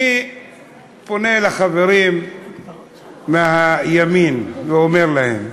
אני פונה אל החברים מהימין ואומר להם: